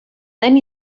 then